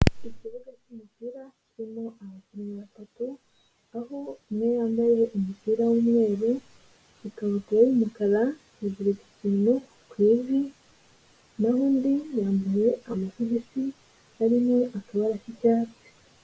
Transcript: Ikibuga cy'umupira, kirimo abakinnyi batatu aho umwe yambaye umupira w'umweru, ikabutura y'umukara, yiziritse ikintu ku ivi, naho undi yambaye amasogisi arimo akabara k'icyatsi.